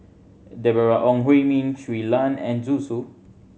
Deborah Ong Hui Min Shui Lan and Zhu Xu